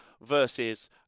versus